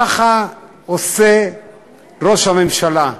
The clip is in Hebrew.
ככה עושה ראש הממשלה.